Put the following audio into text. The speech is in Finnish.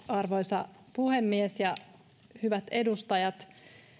arvoisa puhemies ja hyvät edustajat